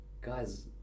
guys